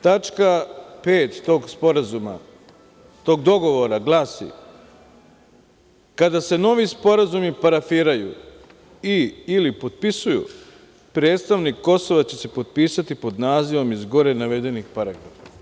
Tačka 5. tog sporazuma, tog dogovora glasi: „Kada se novi sporazumi parafiraju i ili potpisuju, predstavnik Kosova će se potpisati pod nazivom iz gore navedenih paragrafa“